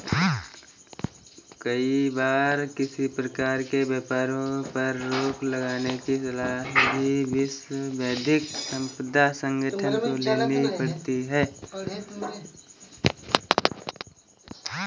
कई बार किसी प्रकार के व्यापारों पर रोक लगाने की सलाह भी विश्व बौद्धिक संपदा संगठन को लेनी पड़ती है